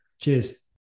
Cheers